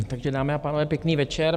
Takže, dámy a pánové, pěkný večer.